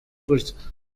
gutya